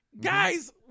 Guys